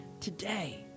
today